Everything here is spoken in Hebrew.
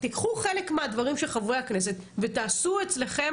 תקחו חלק מהדברים של חברי הכנסת ותעשו אצלכם